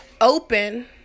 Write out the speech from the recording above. open